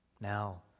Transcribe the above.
Now